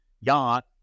yacht